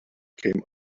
came